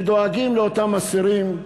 שדואגים לאותם אסירים,